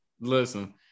Listen